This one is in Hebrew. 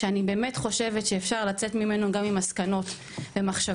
שאני באמת חושבת שאפשר לצאת ממנו גם עם מסקנות ומחשבות.